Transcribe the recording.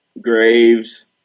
Graves